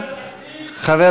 לאיזה שר אתה פונה?